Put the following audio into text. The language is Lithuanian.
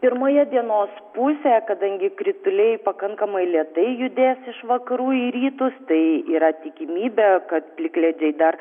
pirmoje dienos pusėje kadangi krituliai pakankamai lėtai judės iš vakarų į rytus tai yra tikimybė kad plikledžiai dar